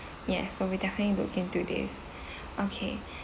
yes we'll be definitely look into this okay